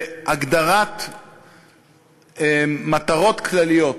בהגדרת מטרות כלליות,